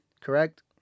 correct